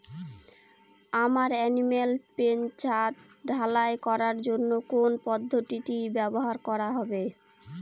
আমার animal pen ছাদ ঢালাই করার জন্য কোন পদ্ধতিটি ব্যবহার করা হবে?